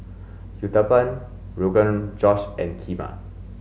Uthapam Rogan Josh and Kheema